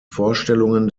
vorstellungen